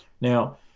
Now